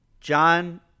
John